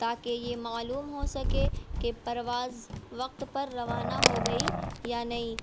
تاکہ یہ معلوم ہو سکے کہ پرواز وقت پر روانہ ہو گئی یا نہیں